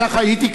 כך הייתי,